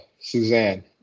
Suzanne